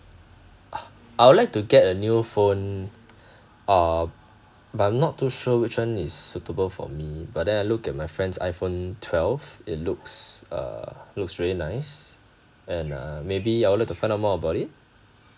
I would like to get a new phone uh but I'm not too sure which one is suitable for me but then I look at my friend's iphone twelve it looks uh looks really nice and uh maybe I'd like to find out more about it